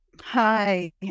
Hi